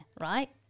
right